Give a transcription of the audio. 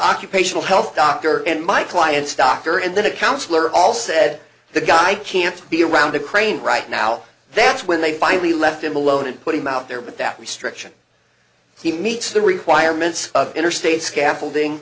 occupation health doctor and my client's doctor and then a counselor all said the guy can't be around a crane right now that's when they finally left him alone and put him out there but that restriction he meets the requirements of interstate scaffolding